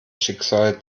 schicksal